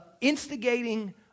Instigating